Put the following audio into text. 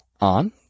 on